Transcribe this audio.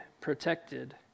protected